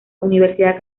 universidad